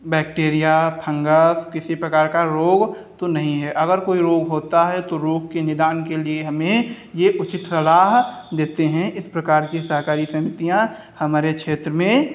bacteria fungus किसी प्रकार का रोग तो नहीं है अगर कोई रोग होता है तो रोग के निदान के लिए हमें ये उचित सलाह देते हैं इस प्रकार की सहकारी समितियां हमारे क्षेत्र में